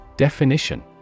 Definition